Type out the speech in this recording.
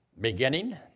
beginning